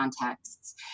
contexts